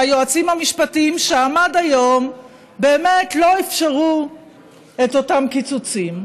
והיועצים המשפטיים שם עד היום באמת לא אפשרו את אותם קיצוצים.